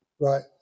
right